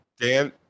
Dan